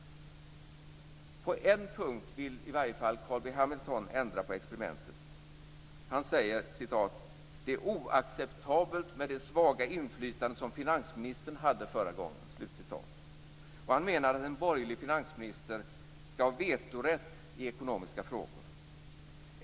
På en punkt vill i alla fall Carl B Hamilton ändra på experimentet. Han säger så här: Det är oacceptabelt med det svaga inflytande som finansministern hade förra gången. Han menar att en borgerlig finansminister skall ha vetorätt i ekonomiska frågor.